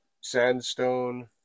sandstone